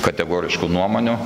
kategoriškų nuomonių